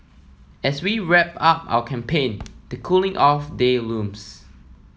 as we wrap up our campaign the cooling off day looms